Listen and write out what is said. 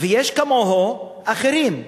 ויש כמוהו אחרים.